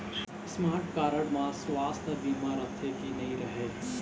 Smart card म सुवास्थ बीमा रथे की नई रहे?